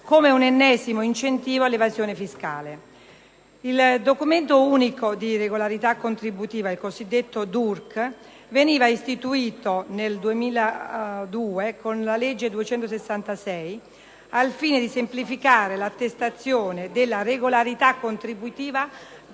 come un ennesimo incentivo all'evasione fiscale. Il Documento unico di regolarità contributiva (DURC) veniva istituito nel 2002, con la legge 22 novembre 2002, n. 266, al fine di semplificare l'attestazione della regolarità contributiva da